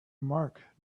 mark